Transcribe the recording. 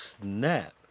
snap